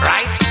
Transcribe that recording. Right